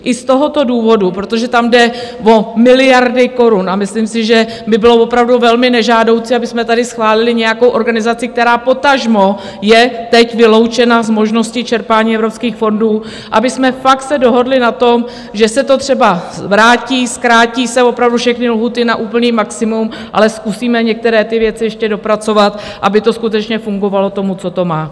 I z tohoto důvodu, protože tam jde o miliardy korun, a myslím si, že by bylo opravdu velmi nežádoucí, abychom tady schválili nějakou organizaci, která potažmo je teď vyloučena z možnosti čerpání evropských fondů, abychom se fakt dohodli na tom, že se to třeba vrátí, zkrátí se opravdu všechny lhůty na úplné maximum, ale zkusíme některé ty věci ještě dopracovat, aby to skutečně fungovalo tomu, co to má.